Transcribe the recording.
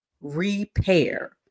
repair